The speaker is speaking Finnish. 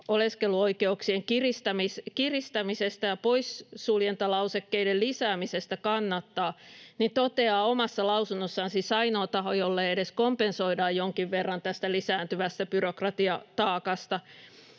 oleskeluoikeuksien kiristämisestä ja poissuljentalausekkeiden lisäämisestä kannattaa — siis ainoa taho, jolle edes kompensoidaan jonkin verran tästä lisääntyvästä byrokratiataakasta